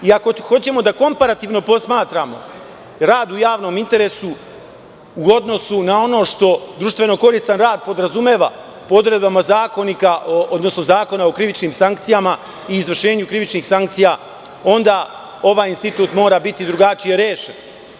Ako hoćemo da komparativno posmatramo rad u javnom interesu u odnosu na ono što društveno koristan rad podrazumeva po odredbama zakonika, odnosno Zakona o krivičnim sankcijama i izvršenju krivičnih sankcija onda ovaj institut mora biti drugačije rešen.